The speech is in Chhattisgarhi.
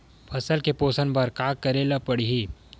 फसल के पोषण बर का करेला पढ़ही?